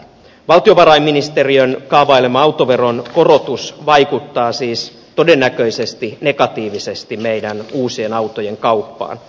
valtiovarainministeriön kaavailema autoveron korotus vaikuttaa siis todennäköisesti negatiivisesti meidän uusien autojen kauppaan